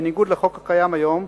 בניגוד לחוק הקיים היום,